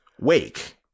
wake